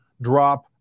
drop